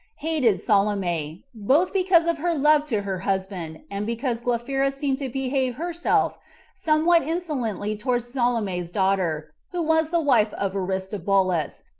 hated salome, both because of her love to her husband, and because glaphyra seemed to behave herself somewhat insolently towards salome's daughter, who was the wife of aristobulus,